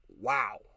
wow